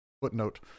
Footnote